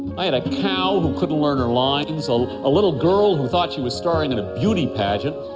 i had a cow who couldn't learn her lines, and so a little girl who thought she was starring in a beauty pageant,